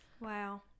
Wow